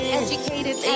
educated